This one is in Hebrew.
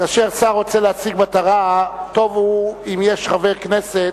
כאשר שר רוצה להשיג מטרה, טוב הדבר אם יש חבר כנסת